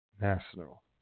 national